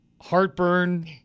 heartburn